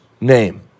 name